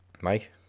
Mike